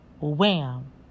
wham